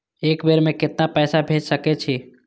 एक बेर में केतना पैसा भेज सके छी?